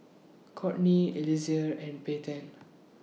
Kourtney Eliezer and Payten